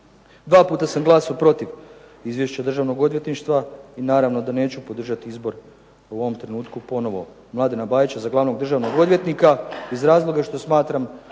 Dva puta sam glasao protiv izvješća državnog odvjetništva. I naravno da neću podržati izbor u ovom trenutku ponovno Mladena Bajića za glavnog državnog odvjetnika iz razloga što smatram